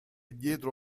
dietro